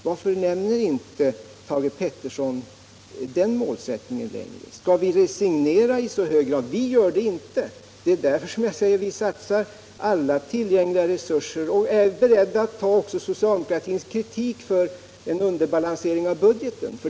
Varför nämner inte Thage Peterson den målsättningen längre? Skall vi resignera i så hög grad? Vi gör det inte. Det är därför vi satsar alla tillgängliga resurser och är beredda att ta också socialdemokraternas kritik om en underbalansering av budgeten.